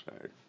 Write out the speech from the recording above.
right